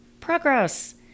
Progress